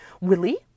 Willie